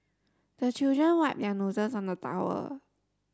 the children wipe their noses on the towel